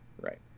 Right